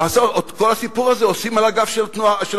ואת כל הסיפור הזה עושים על הגב של ההתיישבות.